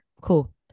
cool